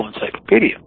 Encyclopedia